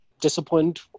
disciplined